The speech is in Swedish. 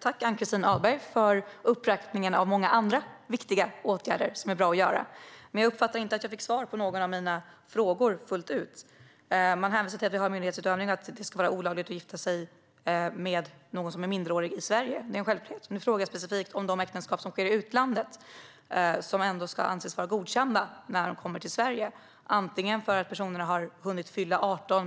Tack, Ann-Christin Ahlberg, för uppräkningen av många andra viktiga åtgärder som är bra att vidta. Jag uppfattade dock inte att jag fullt ut fick svar på någon av mina frågor. Ann-Christin Ahlberg hänvisar till myndighetsutövning och att det ska vara olagligt att gifta sig i Sverige med någon som är minderårig. Det är en självklarhet. Men jag frågade specifikt om de äktenskap som sker i utlandet, som ändå ska anses vara godkända när personerna kommer till Sverige. Det kan bero på att de har hunnit fylla 18.